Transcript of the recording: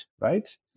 right